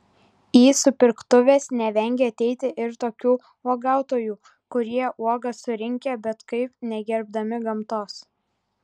į supirktuves nevengia ateiti ir tokių uogautojų kurie uogas surinkę bet kaip negerbdami gamtos